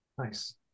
Nice